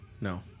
no